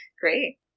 Great